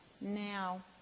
Now